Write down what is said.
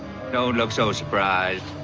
don't look so surprised.